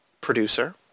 Producer